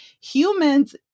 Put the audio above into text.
humans